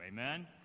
Amen